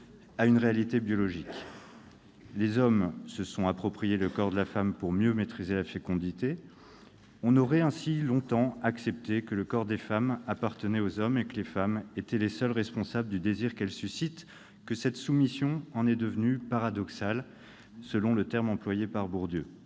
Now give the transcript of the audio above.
à une réalité biologique. Les hommes se sont approprié le corps de la femme pour mieux maîtriser la fécondité. On aurait ainsi longtemps accepté que le corps des femmes appartienne aux hommes et que les femmes soient les seules responsables du désir qu'elles suscitent, au point que cette soumission en serait devenue « paradoxale », selon le terme employé par Bourdieu.